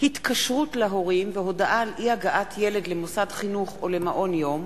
התקשרות להורים והודעה על אי-הגעת ילד למוסד חינוך או למעון יום